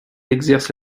exerce